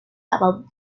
about